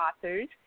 authors